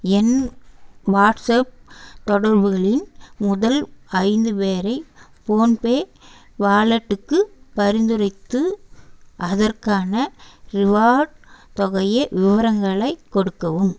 என் WhatsApp தொடர்புகளின் முதல் ஐந்து பேரை ஃபோன்பே வாலெட்டுக்கு பரிந்துரைத்து அதற்கான ரிவார்ட் தொகை விவரங்களை கொடுக்கவும்